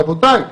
רבותיי.